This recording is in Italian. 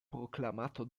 proclamato